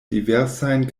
diversajn